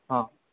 ହଁ